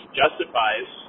justifies